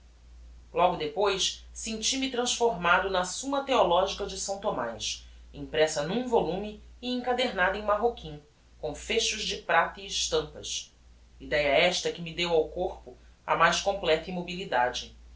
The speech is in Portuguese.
logo depois senti-me transformado na summa theologica de s thomaz impressa n'um volume e encadernada em marroquim com fechos de prata e estampas idéa esta que me deu ao corpo a mais completa immobilidade